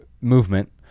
movement